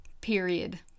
period